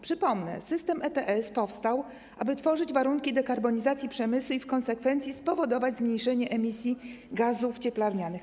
Przypomnę, system ETS powstał, aby tworzyć warunki dekarbonizacji przemysłu i w konsekwencji spowodować zmniejszenie emisji gazów cieplarnianych.